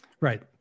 Right